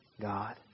God